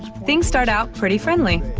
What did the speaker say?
things start out pretty friendly.